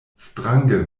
strange